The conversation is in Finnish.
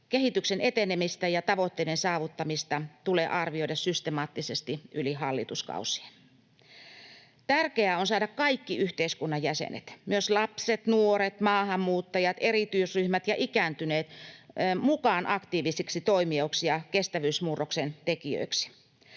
Kehityksen etenemistä ja tavoitteiden saavuttamista tulee arvioida systemaattisesti yli hallituskausien. Tärkeää on saada kaikki yhteiskunnan jäsenet, myös lapset, nuoret, maahanmuuttajat, erityisryhmät ja ikääntyneet, mukaan aktiivisiksi toimijoiksi ja kestävyysmurroksen tekijöiksi.